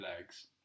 legs